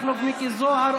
מכלוף מיקי זוהר,